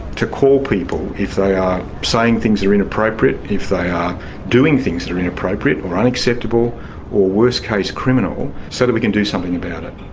to call people if they are saying things that are inappropriate, if they are doing things that are inappropriate or unacceptable or, worst case, criminal, so that we can do something about it.